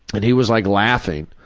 and he was like laughing.